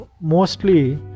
mostly